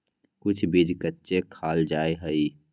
कुछ बीज कच्चे खाल जा हई